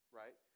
right